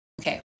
okay